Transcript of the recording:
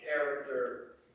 character